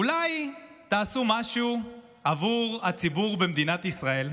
אולי תעשו משהו עבור הציבור במדינת ישראל?